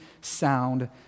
sound